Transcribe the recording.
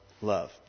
love